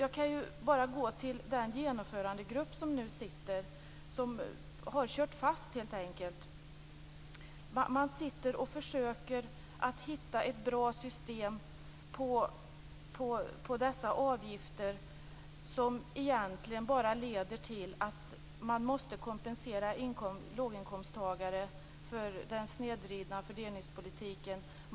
Jag kan bara gå till den genomförandegrupp som nu sitter och som helt enkelt har kört fast. Man försöker hitta ett bra system för dessa avgifter som egentligen bara leder till att man måste kompensera låginkomsttagare för den snedvridna fördelningspolitiken.